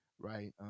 right